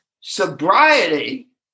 sobriety